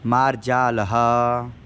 मार्जालः